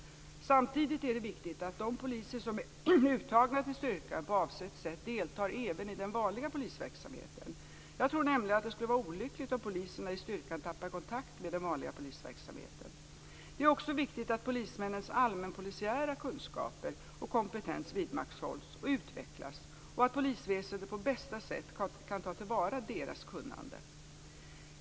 Samtidigt är det viktigt att de poliser som är uttagna till styrkan på avsett sätt deltar även i den vanliga polisverksamheten. Jag tror nämligen att det skulle vara olyckligt om poliserna i styrkan tappar kontakten med den vanliga polisverksamheten. Det är också viktigt att polismännens allmänpolisiära kunskaper och kompetens vidmakthålls och utvecklas och att polisväsendet på bästa sätt kan ta till vara deras kunnande.